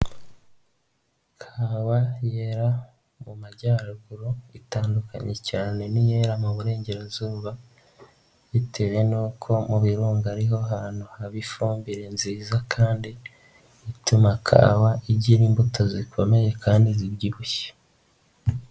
Kawa yera mu majyaruguru itandukanye cyane n'iyera mu burengerazuba bitewe n'uko mu birunga ari ho hantu haba ifumbire nziza kandi ituma kawa igira imbuto zikomeye kandi zibyibushye.